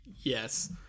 Yes